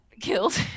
killed